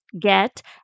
get